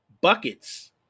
buckets